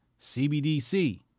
CBDC